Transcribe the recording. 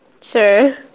Sure